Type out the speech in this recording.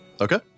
Okay